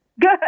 Good